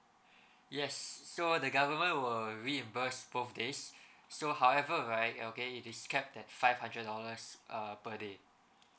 yes so the government will reimburse both days so however right okay it is capped at five hundred dollars uh per day